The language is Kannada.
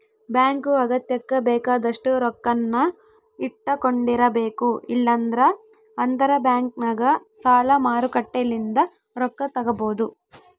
ಬ್ಯಾಂಕು ಅಗತ್ಯಕ್ಕ ಬೇಕಾದಷ್ಟು ರೊಕ್ಕನ್ನ ಇಟ್ಟಕೊಂಡಿರಬೇಕು, ಇಲ್ಲಂದ್ರ ಅಂತರಬ್ಯಾಂಕ್ನಗ ಸಾಲ ಮಾರುಕಟ್ಟೆಲಿಂದ ರೊಕ್ಕ ತಗಬೊದು